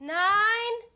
nine